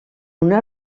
una